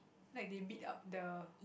like they bite up the